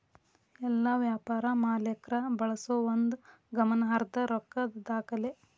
ಎಲ್ಲಾ ವ್ಯಾಪಾರ ಮಾಲೇಕ್ರ ಬಳಸೋ ಒಂದು ಗಮನಾರ್ಹದ್ದ ರೊಕ್ಕದ್ ದಾಖಲೆ